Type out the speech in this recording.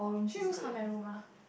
three rooms how many room ah